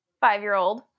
five-year-old